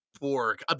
Borg